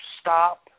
stop